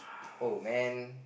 oh man